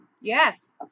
Yes